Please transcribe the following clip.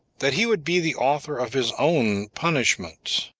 that he would be the author of his own punishment.